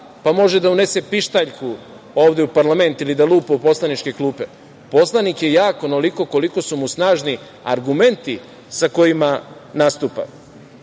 pa može da unese pištaljku ovde u parlament ili da lupa u poslaničke klupe, poslanik je jak onoliko koliko su mu snažni argumenti sa kojima nastupa. Etički